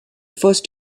first